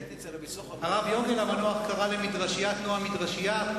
הרב יגל המנוח קרא ל"מדרשיית נעם" מדרשייה,